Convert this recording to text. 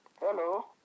hello